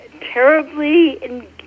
terribly